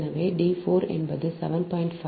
எனவே d 4 என்பது 7